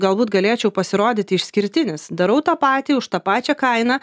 galbūt galėčiau pasirodyti išskirtinis darau tą patį už tą pačią kainą